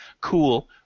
cool